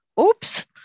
Oops